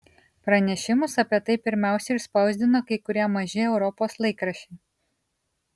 pranešimus apie tai pirmiausia išspausdino kai kurie maži europos laikraščiai